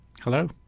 Hello